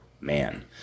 man